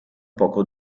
poco